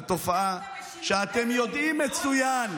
על תופעה שאתם יודעים מצוין,